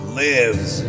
lives